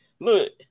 look